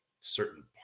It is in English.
certain